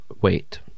wait